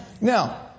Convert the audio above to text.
Now